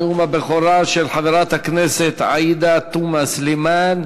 נאום הבכורה של חברת הכנסת עאידה תומא סלימאן,